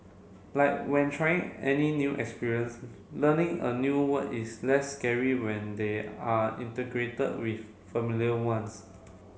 like when trying any new experience learning a new word is less scary when they are integrated with familiar ones